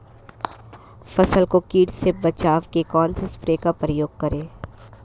फसल को कीट से बचाव के कौनसे स्प्रे का प्रयोग करें?